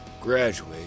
graduate